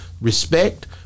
respect